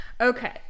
Okay